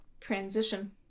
Transition